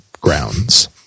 grounds